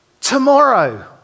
Tomorrow